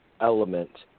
element